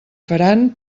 faran